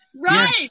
Right